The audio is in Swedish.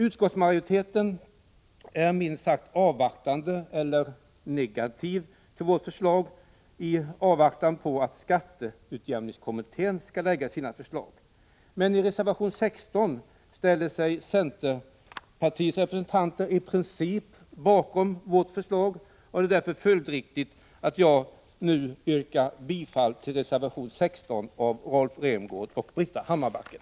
Utskottsmajoriteten är minst sagt avvaktande eller negativ till vårt förslag i avbidan på att skatteutjämningskommittén skall lägga fram sina förslag. I reservation 16 ställer sig centerpartiets representanter i princip bakom vårt förslag, och det är därför följdriktigt att jag nu yrkar bifall till reservation 16 av Rolf Rämgård och Britta Hammarbacken.